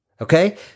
Okay